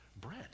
bread